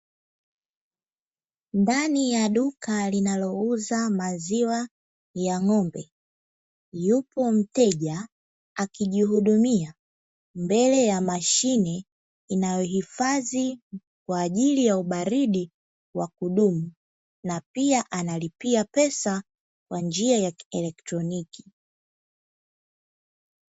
Ndani ya duka linalouza maziwa ya ng'ombe, yupo mteja akijihudumia mbele ya mashine inayohifadhi kwa ajili ya ubaridi wa kudumu, na pia analipia pesa kwa njia ya kielektroniki.